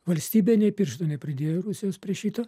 valstybė nei piršto nepridėjo rusijos prie šito